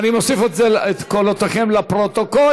אני מוסיף את קולותיכם לפרוטוקול.